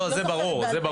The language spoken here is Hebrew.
זה ברור.